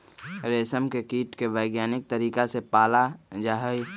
रेशम के कीट के वैज्ञानिक तरीका से पाला जाहई